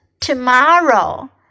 tomorrow